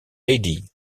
lady